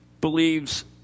believes